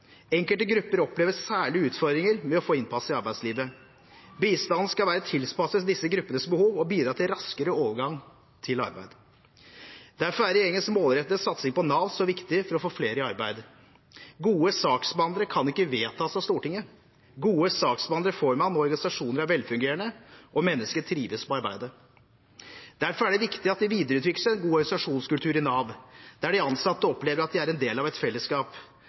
Enkelte grupper opplever særlige utfordringer med å få innpass i arbeidslivet. Bistanden skal være tilpasset disse gruppenes behov og bidra til raskere overgang til arbeid. Derfor er regjeringens målrettede satsing på Nav så viktig for å få flere i arbeid. Gode saksbehandlere kan ikke vedtas av Stortinget. Gode saksbehandlere får man når organisasjoner er velfungerende og mennesker trives på arbeid. Derfor er det viktig at det videreutvikles en god organisasjonskultur i Nav, at de ansatte opplever at de er en del av et fellesskap.